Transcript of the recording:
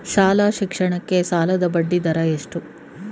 ಶಾಲಾ ಶಿಕ್ಷಣಕ್ಕೆ ಸಾಲದ ಬಡ್ಡಿದರ ಎಷ್ಟು?